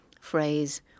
phrase